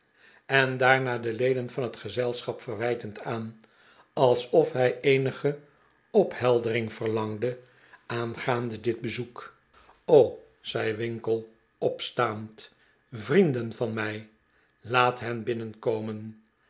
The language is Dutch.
en daarna de leden van het gezelschap verwijtend aan alsof hij eenige opheldering verlangde aangaande dit bezoek o t zei winkle opstaand vrienden van mij laat hen binnenkomen